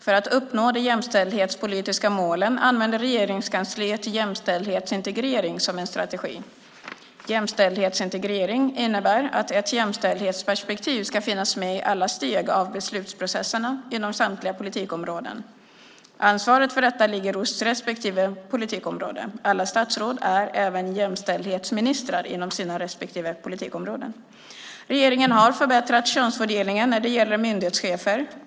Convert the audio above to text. För att uppnå de jämställdhetspolitiska målen använder Regeringskansliet jämställdhetsintegrering som en strategi. Jämställdhetsintegrering innebär att ett jämställdhetsperspektiv ska finnas med i alla steg av beslutsprocesserna, inom samtliga politikområden. Ansvaret för detta ligger hos respektive politikområde. Alla statsråd är även "jämställdhetsministrar" inom sina respektive politikområden. Regeringen har förbättrat könsfördelningen när det gäller myndighetschefer.